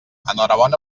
enhorabona